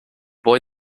boy